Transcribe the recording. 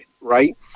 right